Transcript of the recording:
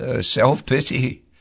self-pity